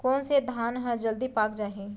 कोन से धान ह जलदी पाक जाही?